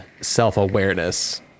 Self-awareness